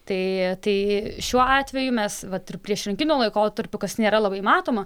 tai tai šiuo atveju mes vat ir priešrinkiminiu laikotarpiu kas nėra labai matoma